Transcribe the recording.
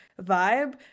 vibe